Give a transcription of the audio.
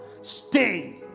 stay